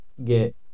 Get